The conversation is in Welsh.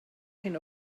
hyn